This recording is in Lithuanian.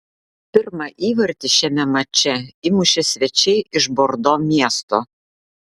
pirmą įvartį šiame mače įmušė svečiai iš bordo miesto